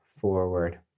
forward